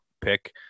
pick